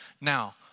Now